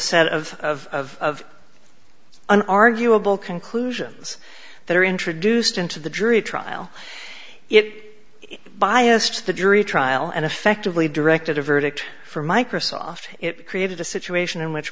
set of an arguable conclusions that are introduced into the jury trial it biased the jury trial and effectively directed a verdict for microsoft it created a situation in which